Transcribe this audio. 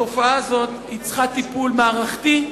התופעה הזאת צריכה טיפול מערכתי,